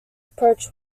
approach